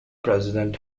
president